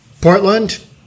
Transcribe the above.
Portland